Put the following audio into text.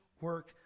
work